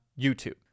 YouTube